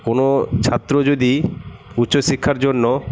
কোনো ছাত্র যদি উচ্চ শিক্ষার জন্য